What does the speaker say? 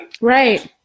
Right